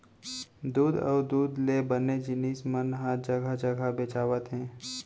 दूद अउ दूद ले बने जिनिस मन ह जघा जघा बेचावत हे